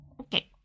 Okay